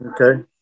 Okay